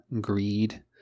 greed